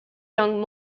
young